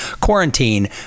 quarantine